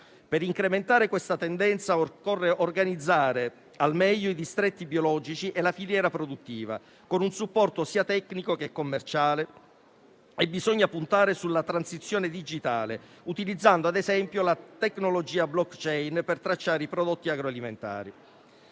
Per incrementare questa tendenza, occorre organizzare al meglio i distretti biologici e la filiera produttiva, con un supporto sia tecnico sia commerciale. Bisogna puntare sulla transizione digitale, utilizzando ad esempio la tecnologia *blockchain* per tracciare i prodotti agroalimentari.